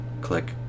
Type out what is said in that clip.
click